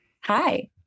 hi